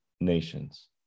nations